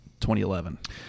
2011